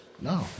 No